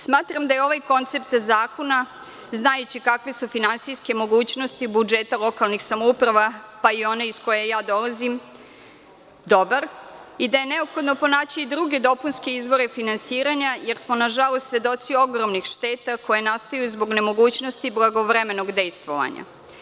Smatram da je ovaj koncept zakona, znajući kakve su finansijske mogućnosti budžeta lokalnih samouprava, pa i one iz koje dolazim, dobar i da je neophodno pronaći druge dopunske izvore finansiranja, jer smo nažalost svedoci ogromnih šteta koje nastaju zbog nemogućnosti blagovremenog dejstvovanja.